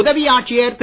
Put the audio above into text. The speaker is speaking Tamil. உதவி ஆட்சியர் திரு